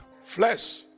Flesh